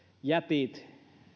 jätit